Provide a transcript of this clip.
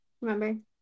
remember